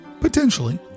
potentially